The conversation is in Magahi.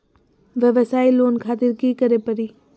वयवसाय लोन खातिर की करे परी?